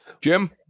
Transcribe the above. Jim